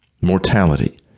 Mortality